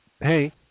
hey